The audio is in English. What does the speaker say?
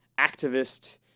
activist